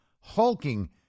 hulking